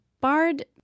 Bard